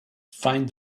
find